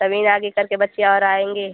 तभी न आगे करके बच्चे और आएँगे